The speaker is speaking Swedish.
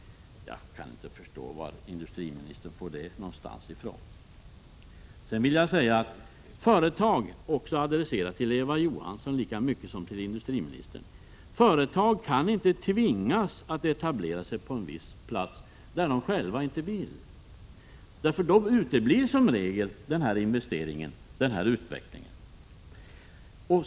Jag kan inte förstå varifrån industriministern har fått detta. Sedan vill jag säga — lika mycket adresserat till Eva Johansson som till industriministern — att företag inte kan tvingas att etablera sig på en viss plats, om de inte själva vill. Då uteblir som regel denna investering och denna utveckling.